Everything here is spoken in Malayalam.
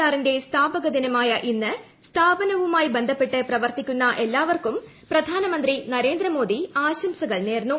ആറിന്റെ സ്ഥാപക ദിനമായ ഇന്ന് സ്ഥാപനവുമായി ബന്ധപ്പെട്ട് പ്രവർത്തിക്കുന്ന എല്ലാവർക്കും പ്രധാനമന്ത്രി നരേന്ദ്രമോദി ആശംസകൾ നേർന്നു